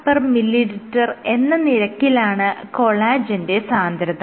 5mgml എന്ന നിരക്കിലാണ് കൊളാജെന്റെ സാന്ദ്രത